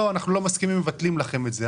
לא, אנחנו לא מסכימים, מבטלים לכם את זה.